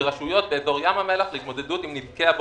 ורשויות באזור ים המלח להתמודדות עם נזקי הבולענים.